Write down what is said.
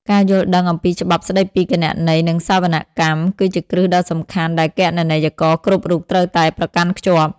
ការយល់ដឹងអំពីច្បាប់ស្តីពីគណនេយ្យ និងសវនកម្ម គឺជាគ្រឹះដ៏សំខាន់ដែលគណនេយ្យករគ្រប់រូបត្រូវតែប្រកាន់ខ្ជាប់។